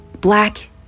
black